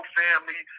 family